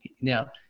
now